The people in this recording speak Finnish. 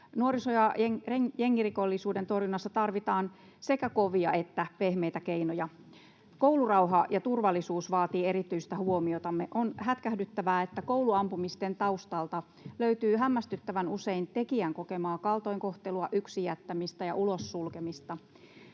Nuoriso- ja jengirikollisuuden torjunnassa tarvitaan sekä kovia että pehmeitä keinoja. Koulurauha ja -turvallisuus vaatii erityistä huomiotamme. On hätkähdyttävää, että kouluampumisten taustalta löytyy hämmästyttävän usein tekijän kokemaa kaltoinkohtelua, yksin jättämistä ja ulos sulkemista.